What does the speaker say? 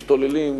משתוללים,